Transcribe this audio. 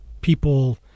people